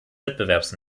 wettbewerbs